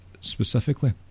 specifically